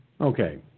Okay